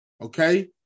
Okay